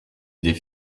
des